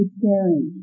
sharing